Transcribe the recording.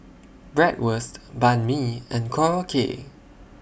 Bratwurst Banh MI and Korokke